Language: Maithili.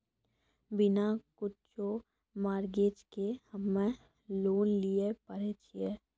बिना कुछो मॉर्गेज के हम्मय लोन लिये पारे छियै?